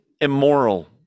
immoral